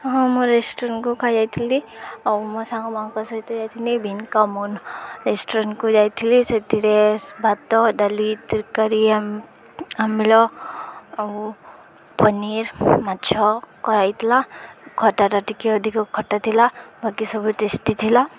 ହଁ ମୁଁ ରେଷ୍ଟୁରାଣ୍ଟକୁ ଖାଇ ଯାଇଥିଲି ଆଉ ମୋ ସାଙ୍ଗମାନଙ୍କ ସହିତ ଯାଇଥିଲି ଭିନ୍କାମୁନ୍ ରେଷ୍ଟୁରାଣ୍ଟକୁ ଯାଇଥିଲି ସେଥିରେ ଭାତ ଡାଲି ତରକାରୀ ଆମ୍ୱିଳ ଆଉ ପନିର ମାଛ କରାହେଥିଲା ଖଟାଟା ଟିକେ ଅଧିକ ଖଟା ଥିଲା ବାକି ସବୁ ଟେଷ୍ଟି ଥିଲା